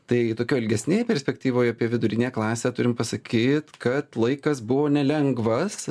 tai tokioj ilgesnėj perspektyvoj apie vidurinę klasę turim pasakyt kad laikas buvo nelengvas